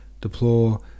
Deplore